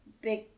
big